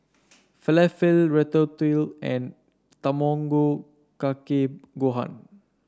Falafel Ratatouille and Tamago Kake Gohan